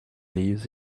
leaves